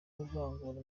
kuvangavanga